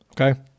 okay